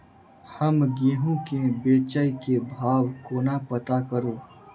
हम गेंहूँ केँ बेचै केँ भाव कोना पत्ता करू?